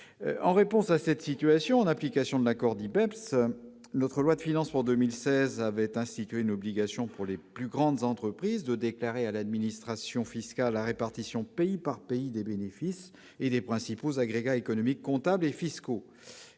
En réponse à cette situation, et en application de l'accord BEPS, la loi de finances pour 2016 a institué une obligation, pour les plus grandes entreprises, de déclarer à l'administration fiscale la répartition, pays par pays, des bénéfices et des principaux agrégats économiques comptables et fiscaux.